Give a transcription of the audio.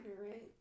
right